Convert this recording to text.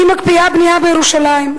היא מקפיאה בנייה בירושלים,